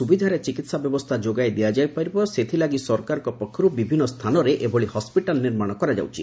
ସୁବିଧାରେ ଚିକିହା ବ୍ୟବସ୍ଚା ଯୋଗାଇ ଦିଆଯାଇପାରିବ ସେଥିଲାଗି ସରକାରଙ୍କ ପକ୍ଷରୁ ବିଭିନ୍ନ ସ୍ଚାନରେ ଏଭଳି ହସିଟାଲ୍ ନିର୍ମାଣ କରାଯାଉଛି